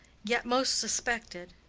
yet most suspected,